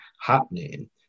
happening